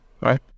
right